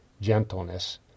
Gentleness